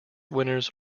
winners